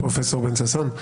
פרופ' בן ששון,